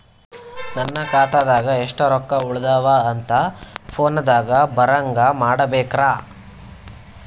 ನನ್ನ ಖಾತಾದಾಗ ಎಷ್ಟ ರೊಕ್ಕ ಉಳದಾವ ಅಂತ ಫೋನ ದಾಗ ಬರಂಗ ಮಾಡ ಬೇಕ್ರಾ?